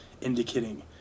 indicating